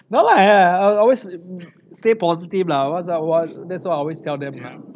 no lah I I always stay positive lah that's what i always tell them